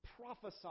prophesied